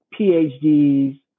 PhDs